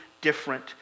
different